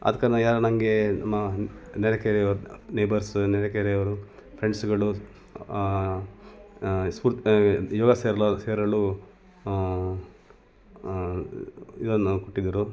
ಆದ ಕಾರಣ ಯ ನನಗೆ ಮ ನೆರೆಕೆರೆ ಅವ್ರು ನೇಬರ್ಸ್ ನೆರೆಕೆರೆಯವರು ಫ್ರೆಂಡ್ಸ್ಗಳು ಸ್ಪೂರ್ತಿ ಯೋಗ ಸೇರಲು ಸೇರಲು ಇದನ್ನು ಕೊಟ್ಟಿದ್ದರು